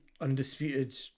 undisputed